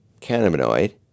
cannabinoid